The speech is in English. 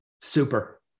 Super